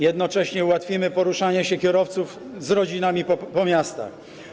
Jednocześnie ułatwimy poruszanie się kierowców z rodzinami po miastach.